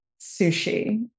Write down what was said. sushi